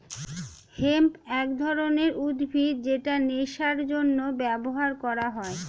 hemp এক ধরনের উদ্ভিদ যেটা নেশার জন্য ব্যবহার করা হয়